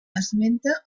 esmenta